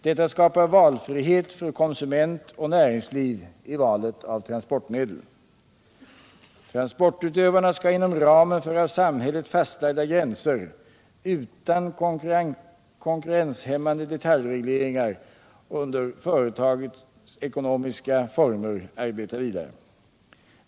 Detta skapar valfrihet för konsument och näringsliv i valet av transportmedel. Transportutövarna skall inom ramen för av samhället fastlagda gränser arbeta utan konkurrenshämmande detaljregleringar och under företagsekonomiska former.